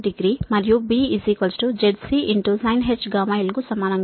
32 degree మరియు B ZCsinh γl కు సమానంగా ఉంటుంది